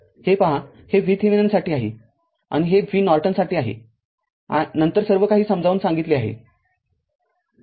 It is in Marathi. हे पहा हे VThevenin साठी आहे आणि हे V Norton साठी आहे नंतर सर्वकाही समजावून सांगितले आहे